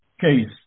case